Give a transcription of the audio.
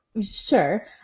Sure